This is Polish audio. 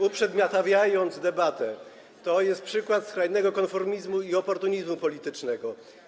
uprzedmiotawiając debatę, to jest przykład skrajnego konformizmu i oportunizmu politycznego.